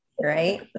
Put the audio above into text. Right